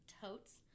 totes